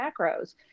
macros